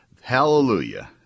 Hallelujah